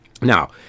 Now